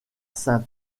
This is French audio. saint